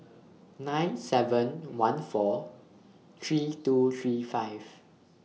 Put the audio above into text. nine seven one four three two three five